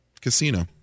Casino